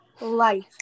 life